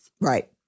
right